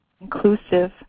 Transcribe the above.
inclusive